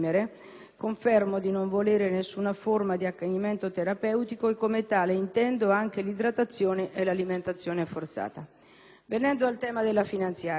confermo di non volere nessuna forma di accanimento terapeutico e, come tale, intendo anche l'idratazione e l'alimentazione forzata. Venendo al tema della finanziaria,